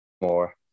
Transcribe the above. more